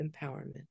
empowerment